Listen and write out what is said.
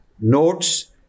notes